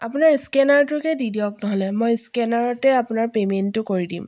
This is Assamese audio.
আপোনাৰ স্কেনাৰটোকে দি দিয়ক নহ'লে মই স্কেনাৰতে আপোনাৰ পেইমেণ্টটো কৰি দিম